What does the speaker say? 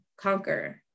conquer